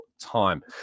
time